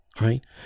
Right